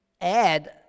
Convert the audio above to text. add